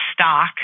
stock